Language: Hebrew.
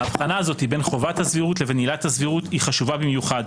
ההבחנה הזו בין עילת הסבירות לחובת הסבירות האי חשובה במיוחד,